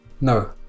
No